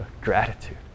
gratitude